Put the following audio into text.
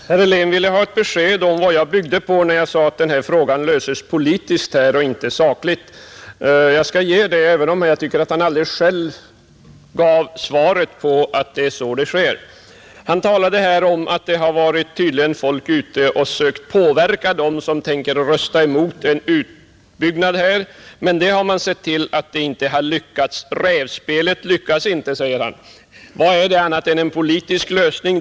Fru talman! Herr Helén ville ha besked om vad jag syftade på när jag sade att frågan löses politiskt och inte sakligt. Jag skall ge ett sådant besked, även om han själv gav svaret, när han talade om att det tydligen varit folk ute och sökt påverka dem som tänkt rösta emot en utbyggnad. Men det har man sett till att det inte har lyckats. Rävspelet har inte lyckats, säger han. Vad är det annat än en politisk lösning?